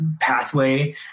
pathway